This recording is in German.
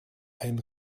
ein